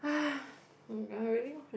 ah I'm really wanna